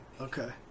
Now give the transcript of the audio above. Okay